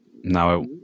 now